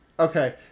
Okay